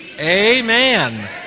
amen